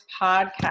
Podcast